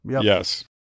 Yes